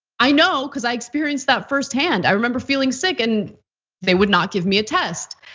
i know, cuz i experienced that firsthand. i remember feeling sick and they would not give me a test.